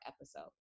episode